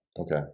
Okay